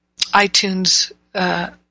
iTunes